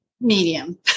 Medium